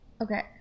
okay